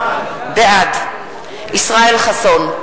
בעד ישראל חסון,